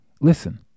Listen